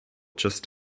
just